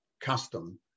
custom